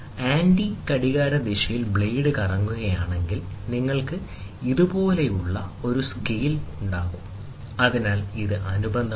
anti ഘടികാരദിശയിൽ blade കറങ്ങുകയാണെങ്കിൽ നിങ്ങൾക്ക് ഇതുപോലുള്ള ഒരു സ്കെയിൽ ഉണ്ടാകും അതിനാൽ ഇത് അനുബന്ധമാണ്